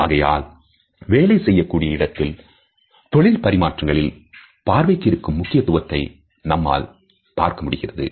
ஆகையால் வேலை செய்யக்கூடிய இடத்தில் தொழில் பரிமாற்றங்களில் பார்வைக்கு இருக்கும் முக்கியத்துவத்தை நம்மால் பார்க்க முடிகிறது